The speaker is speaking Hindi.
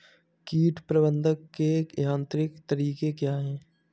कीट प्रबंधक के यांत्रिक तरीके क्या हैं?